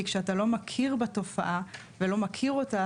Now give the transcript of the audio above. כי כשאתה לא מכיר בתופעה ולא מכיר אותה,